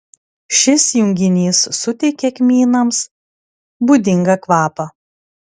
šis junginys suteikia kmynams būdingą kvapą